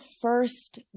first